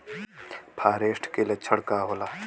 फारेस्ट के लक्षण का होला?